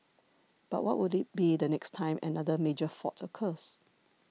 but what would it be the next time another major fault occurs